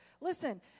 Listen